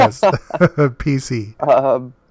PC